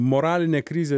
moralinė krizė